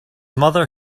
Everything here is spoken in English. mother